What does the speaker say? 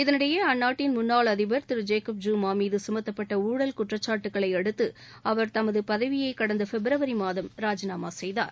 இதனிடையே அந்நாட்டின் முன்னாள் அதிபர் திரு ஜேக்கப் ஜுமா மீது கமத்தப்பட்ட ஊழல் குற்றச்சாட்டுகளையடுத்து அவர் தனது பதவியை கடந்த பிப்ரவரி மாதம் ராஜினாமா செய்தார்